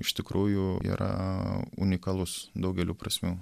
iš tikrųjų yra unikalus daugelių prasmių